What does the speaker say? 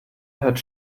hört